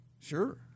Sure